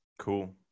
Cool